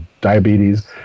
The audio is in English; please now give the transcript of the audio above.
diabetes